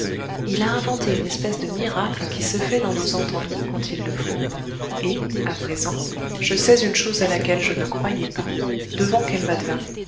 il a inventé une espèce de miracle qui se fait dans nos entendements quand il le faut et à présent je sais une chose à laquelle je ne croyais pas devant qu'elle